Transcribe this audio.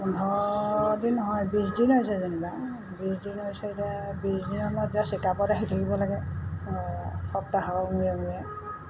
পোন্ধৰ দিন নহয় বিছ দিন হৈছে যেনিবা বিছ দিন হৈছে এতিয়া বিছ দিনৰ মূৰত এতিয়া চেকআপত আহি থাকিব লাগে সপ্তাহৰ মূৰে মূৰে